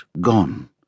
gone